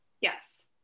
Yes